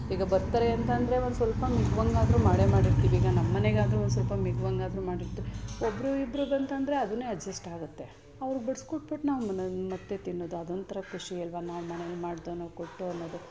ಈಗ ಬರ್ತಾರೆ ಅಂತ ಅಂದ್ರೆ ಒಂದು ಸ್ವಲ್ಪ ಮಿಗುವಂತೆ ಆದರೂ ಮಾಡೇ ಮಾಡಿರ್ತೀವಿ ಈಗ ನಮ್ಮನೆಗಾದ್ರೂ ಒಂದು ಸ್ವಲ್ಪ ಮಿಗುವಂತಾದ್ರೂ ಮಾಡಿಟ್ಟರೆ ಒಬ್ಬರು ಇಬ್ಬರು ಬಂತಂದ್ರೆ ಅದನ್ನೇ ಅಜ್ಜಸ್ಟ್ ಆಗುತ್ತೆ ಅವ್ರ್ಗೆ ಬಿಡ್ಸಿ ಕೊಟ್ಬಿಟ್ಟು ನಾವು ಮನೆಲಿ ಮತ್ತೆ ತಿನ್ನೋದು ಅದೊಂಥರ ಖುಷಿ ಅಲ್ವ ನಾವು ಮನೇಲಿ ಮಾಡಿದೋ ನಾವು ಕೊಟ್ವು ಅನ್ನೋದು